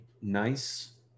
nice